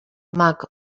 mac